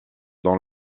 dans